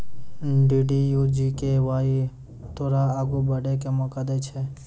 DDU GKY तोरा आगू बढ़ै के मौका दै छै